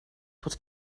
bod